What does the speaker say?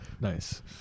nice